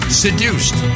seduced